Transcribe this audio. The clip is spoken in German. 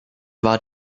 war